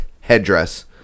headdress